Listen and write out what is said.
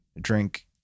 drink